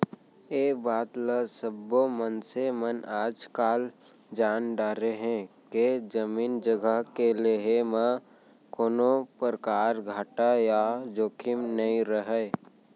ए बात ल सब्बो मनसे मन आजकाल जान डारे हें के जमीन जघा के लेहे म कोनों परकार घाटा या जोखिम नइ रहय